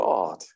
God